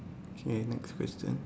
K next question